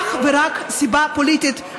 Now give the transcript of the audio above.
אך ורק סיבה פוליטית.